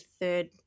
third